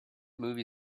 movie